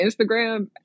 Instagram